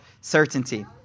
certainty